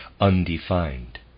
undefined